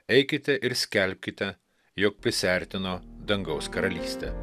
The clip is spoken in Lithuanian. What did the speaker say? eikite ir skelbkite jog prisiartino dangaus karalystė